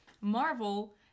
Marvel